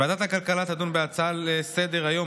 ועדת הכלכלה תדון בהצעה לסדר-היום